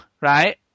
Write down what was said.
Right